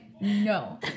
no